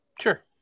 Sure